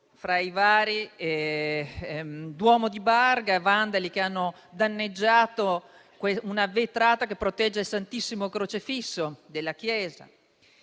fra i vari, ricordo i vandali che hanno danneggiato la vetrata che protegge il Santissimo crocifisso della chiesa